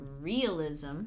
realism